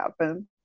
happen